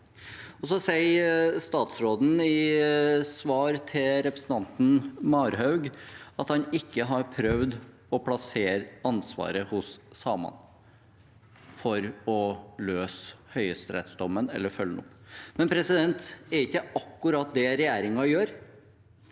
statsråden i svar til representanten Marhaug at han ikke har prøvd å plassere ansvaret hos samene for å følge opp høyesterettsdommen eller løse dette. Men er det ikke akkurat det regjeringen gjør